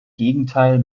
gegenteil